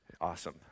awesome